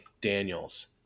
Daniels